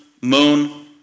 moon